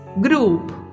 group